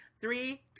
Three